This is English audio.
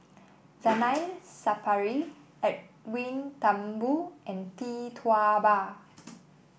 Zainal Sapari Edwin Thumboo and Tee Tua Ba